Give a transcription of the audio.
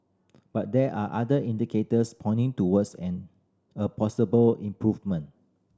but there are other indicators pointing towards an a possible improvement